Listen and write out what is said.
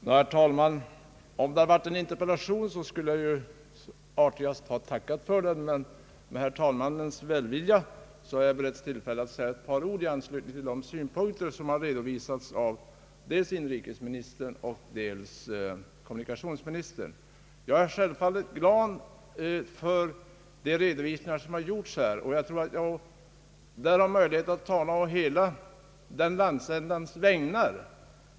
Herr talman! Om det hade varit fråga om ett interpellationssvar, skulle jag artigast ha tackat för detsamma. Med herr talmannens välvilja har det emellertid beretts mig tillfälle att säga ett par ord i anslutning till de synpunkter som har redovisats av dels inrikesministern, dels kommunikationsministern. Jag är självfallet glad över de redovisningar som här gjorts, och jag tror att jag då har möjlighet att tala på hela min landsändas vägnar.